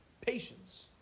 patience